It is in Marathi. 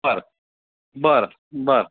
बर बर बर